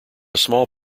small